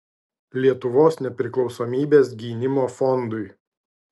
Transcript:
lietuvos nepriklausomybės gynimo fondui